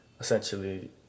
essentially